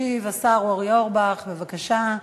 ישיב השר אורי אורבך, בבקשה,